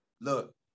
look